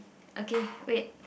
okay wait